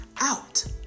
out